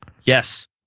Yes